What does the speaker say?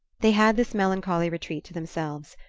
they had this melancholy retreat to themselves,